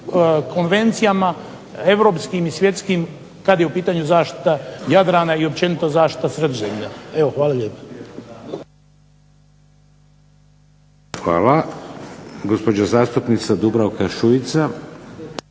konvencijama europskim i svjetskim kad je u pitanju zaštita Jadrana i općenito zaštita Sredozemlja. Evo, hvala lijepo. **Šeks, Vladimir (HDZ)** Hvala. Gospođa zastupnica Dubravka Šuica.